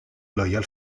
loyal